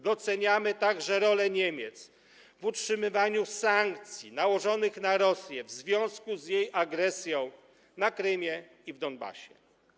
Doceniamy także rolę Niemiec w utrzymywaniu sankcji nałożonych na Rosję w związku z jej agresją na Krymie i w Donbasie.